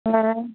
ହଁ